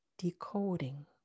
Decoding